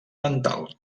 dental